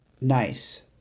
nice